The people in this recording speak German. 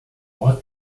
ort